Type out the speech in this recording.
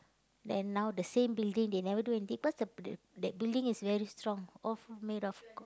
then now the same building they never do anything cause the the that building is very strong of made of k~